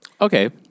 Okay